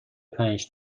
پنج